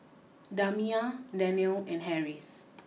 Damia Danial and Harris